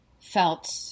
felt